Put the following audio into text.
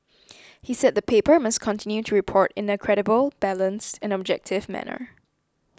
he said the paper must continue to report in a credible balanced and objective manner